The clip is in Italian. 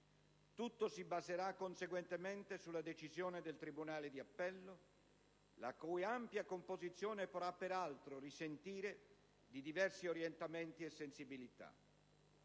Tutto si baserà conseguentemente sulla decisione del tribunale di appello, la cui ampia composizione potrà peraltro risentire di diversi orientamenti e sensibilità.